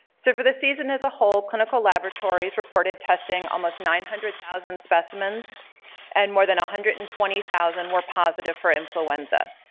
so for the season as a whole clinical laboratories reported testing almost nine hundred thousand specimens and more than one hundred and twenty thousand were positive for influenza.